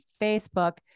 Facebook